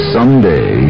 Someday